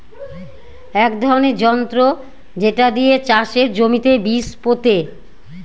এক ধরনের যন্ত্র যেটা দিয়ে চাষের জমিতে বীজ পোতে